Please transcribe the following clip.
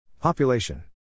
Population